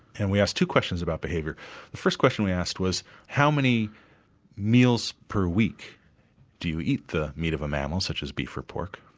and we asked two questions about behavior. the first question we asked was how many meals per week do you eat the meat of a mammal, such as beef or pork?